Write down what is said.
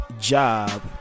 job